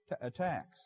attacks